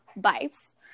Vibes